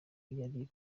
yari